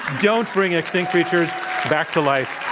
don't bring extinct creatures back to life.